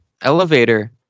elevator